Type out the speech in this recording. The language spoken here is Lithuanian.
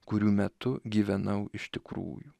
kurių metu gyvenau iš tikrųjų